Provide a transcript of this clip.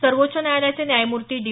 सर्वोच्च न्यायालयाचे न्यायमूर्ती डी